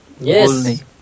Yes